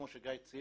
כמו שגיא ציין,